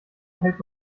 hält